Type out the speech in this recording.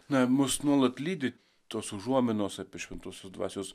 na mus nuolat lydi tos užuominos apie šventosios dvasios